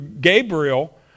Gabriel